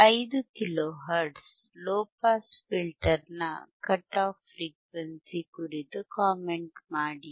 5 kilohertz low pass ಫಿಲ್ಟರ್ನ cut off frequency ಕುರಿತು comment ಮಾಡಿ